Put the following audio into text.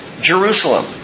Jerusalem